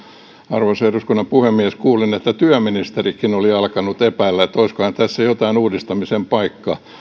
arvoisa eduskunnan puhemies kuulin että työministerikin oli alkanut epäillä että olisikohan tässä jotain uudistamisen paikkaa